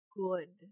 good